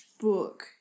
book